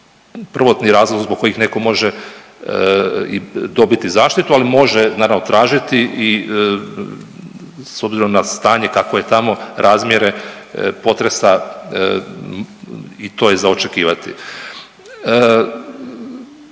prvotni razlog zbog kojih netko može i dobiti zaštitu, ali može naravno tražiti i s obzirom na stanje kakvo je tamo, razmjere potresa i to je za očekivati.